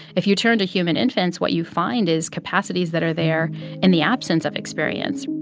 if you turn to human infants, what you find is capacities that are there in the absence of experience